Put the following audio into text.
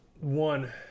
One